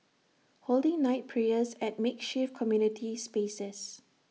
holding night prayers at makeshift community spaces